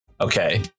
Okay